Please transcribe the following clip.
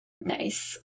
Nice